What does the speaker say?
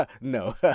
No